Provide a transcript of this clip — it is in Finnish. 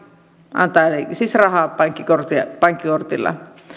antaa siis rahaa pankkikortilla pankkikortilla